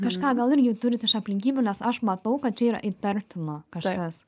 kažką gal irgi turit iš aplinkybių nes aš matau kad čia yra įtartina kažkas